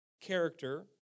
character